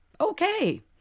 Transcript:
okay